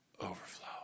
overflow